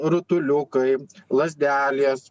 rutuliukai lazdelės